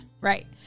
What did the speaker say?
right